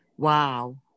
wow